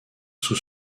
sous